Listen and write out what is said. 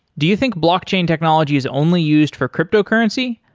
do you think blockchain technology is only used for cryptocurrency?